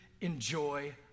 enjoy